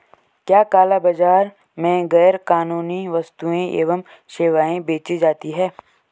क्या काला बाजार में गैर कानूनी वस्तुएँ एवं सेवाएं बेची जाती हैं?